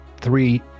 three